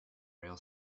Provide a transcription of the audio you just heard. rail